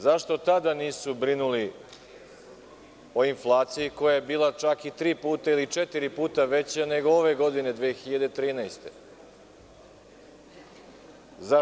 Zašto tada nisu brinuli o inflaciji koja je bila čak i tri, četiri puta veća nego ove godine, 2013. godine?